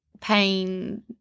pain